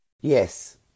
Yes